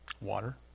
Water